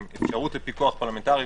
עם אפשרות לפיקוח פרלמנטרי.